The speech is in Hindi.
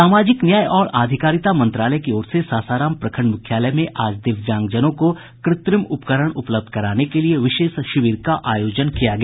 सामाजिक न्याय और आधिकारिता मंत्रालय की ओर से सासाराम प्रखंड मुख्यालय में आज दिव्यांगजनों को कृत्रिम उपकरण उपलब्ध कराने के लिये विशेष शिविर का आयोजन किया गया